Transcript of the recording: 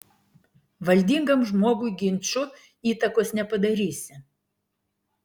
valdingam žmogui ginču įtakos nepadarysi